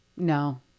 No